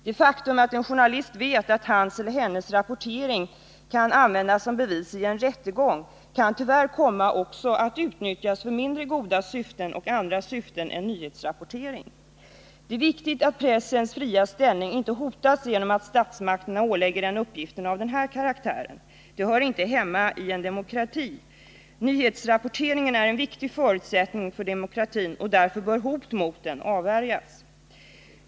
Det faktum att en journalist vet att hans eller hennes rapportering kan användas som bevis i en rättegång kan tyvärr också komma att utnyttjas för mindre goda syften och andra syften än nyhetsrapportering. Det är viktigt att pressens fria ställning inte hotas genom att statsmakterna ålägger den uppgifter av den här karaktären. Det hör inte hemma i en demokrati. Nyhetsrapporteringen är en viktig förutsättning för demokratin. Därför bör hot mot den avvärjas.